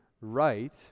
right